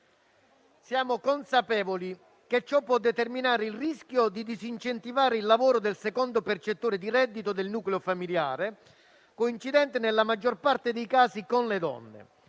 Siamo consapevoli che ciò può determinare il rischio di disincentivare il lavoro del secondo percettore di reddito del nucleo familiare, coincidente, nella maggior parte dei casi, con le donne.